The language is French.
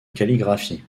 calligraphie